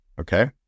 Okay